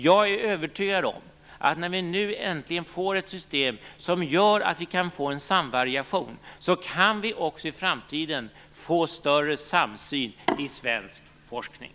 Jag är övertygad om att när vi nu äntligen får ett system som gör att vi får en samvariation kan vi också få större samsyn i svensk forskning.